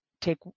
take